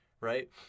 right